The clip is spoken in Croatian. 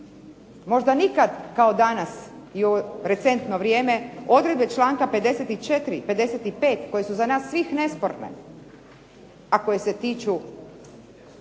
možda nikad kao danas i u ovo recentno vrijeme, odredbe članka 54., 55. koje su za nas svih nesporne, a koje se tiču